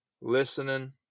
listening